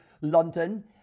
London